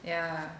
yeah